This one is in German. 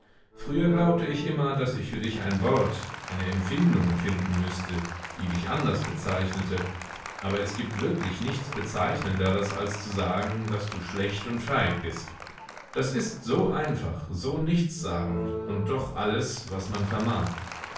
früher glaubte ich immer daß ich für dich ein wort eine empfindung finden müßte die dich anders bezeichnete aber es gibt wirklich nichts bezeichnenderes als zu sagen daß du schlecht und feig bist das ist so einfach so nichtssagend und doch alles was man vermag